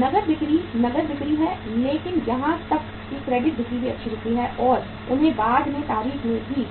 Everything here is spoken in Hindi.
नकद बिक्री नकद बिक्री है लेकिन यहां तक कि क्रेडिट बिक्री भी अच्छी बिक्री है और उन्हें बाद की तारीख में भी